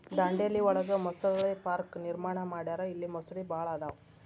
ದಾಂಡೇಲಿ ಒಳಗ ಮೊಸಳೆ ಪಾರ್ಕ ನಿರ್ಮಾಣ ಮಾಡ್ಯಾರ ಇಲ್ಲಿ ಮೊಸಳಿ ಭಾಳ ಅದಾವ